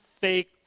fake